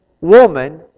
woman